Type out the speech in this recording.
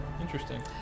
Interesting